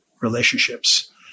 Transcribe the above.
relationships